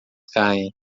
caem